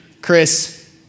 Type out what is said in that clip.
Chris